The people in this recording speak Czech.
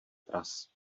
tras